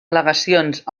al·legacions